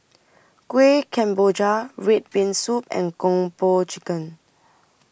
Kueh Kemboja Red Bean Soup and Kung Po Chicken